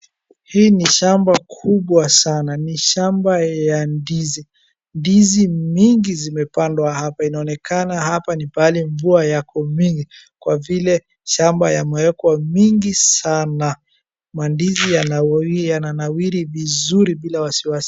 Hii ni shamba kubwa sana. Ni shamba ya ndizi. Ndizi mingi zimepandwa hapa inaonekana hapa ni mahali mvua iko mingi kwa vile shamba yamewekwa mingi sana. Mandizi yananawili vizuri bila wasiwasi.